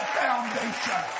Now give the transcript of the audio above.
foundation